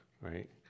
Right